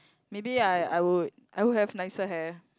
maybe I I would I would have nicer hair